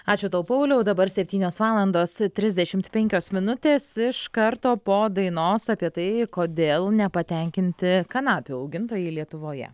ačiū tau pauliau dabar septynios valandos trisdešimt penkios minutės iš karto po dainos apie tai kodėl nepatenkinti kanapių augintojai lietuvoje